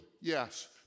Yes